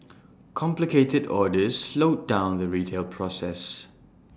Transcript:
complicated orders slowed down the retail process